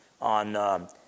on